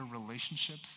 relationships